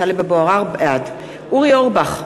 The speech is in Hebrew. אורי אורבך,